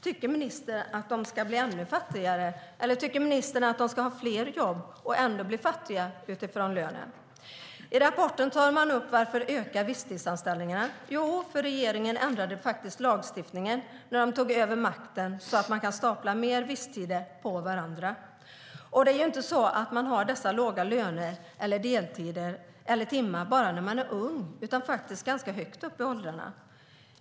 Tycker ministern att de ska bli ännu fattigare, eller tycker ministern att de ska ha fler jobb och ändå bli fattiga utifrån lönen? I rapporten tar man upp: Varför ökar visstidsanställningarna? Regeringen ändrade lagstiftningen när den tog över makten så att man kan stapla fler visstidsanställningar på varandra. Det är inte så att människor har dessa låga löner, deltider eller timmar bara när de är unga, utan det har de ganska högt upp i åldrarna.